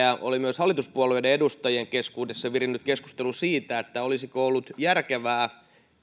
oli myös hallituspuolueiden edustajien keskuudessa virinnyt keskustelu siitä että olisiko ollut järkevää